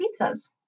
pizzas